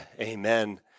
Amen